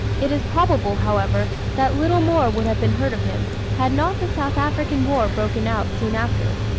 it is probable, however, that little more would have been heard of him, had not the south african war broken out, soon after.